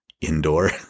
Indoor